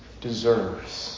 deserves